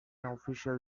official